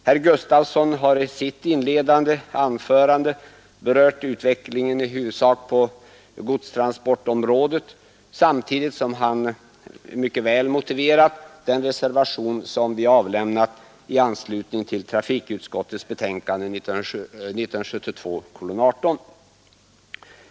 Herr Gustafson i Göteborg har i sitt inledande anförande berört utvecklingen i huvudsak på godstransportområdet samtidigt som han mycket väl motiverat de reservationer som vi avlämnat i anslutning till trafikutskottets betänkande nr 18.